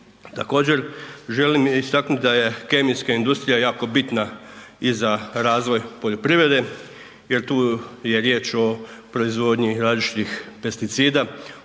Također, želim istaknuti da je kemijska industrija jako bitna i za razvoj poljoprivrede jer tu je riječ o proizvodnji različitih pesticida,